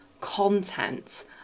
content